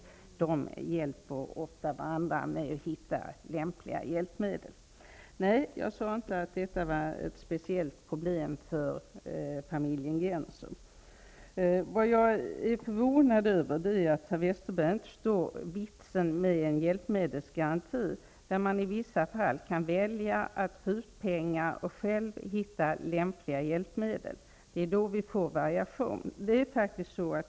Handikappade hjälper ofta varandra med att hitta lämpliga hjälpmedel. Nej, jag sade inte att detta var ett speciellt problem för familjen Gennser. Vad jag är förvånad över är att herr Westerberg inte förstår vitsen med en hjälpmedelsgaranti, som skulle innebära att man i vissa fall kunde välja att få ut pengar och själv hitta lämpliga hjälpmedel. Det är på så sätt vi får variation.